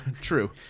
true